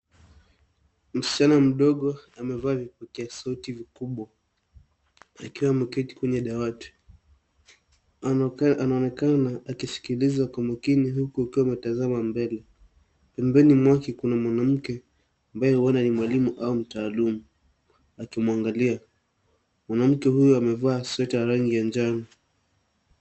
Msichana mdogo amevaa vipokea sauti vikubwa akiwa ameketi kwenye dawati. Anaonekana akisikiliza kwa makini huku akiwa ametazama mbele. Pembeni mwake kuna mwanamke ambaye huenda ni mwalimu au mtaaluma akimwangilia. Mwanamke huyu amevaa sweta ya rangi ya njano.